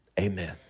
amen